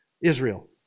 Israel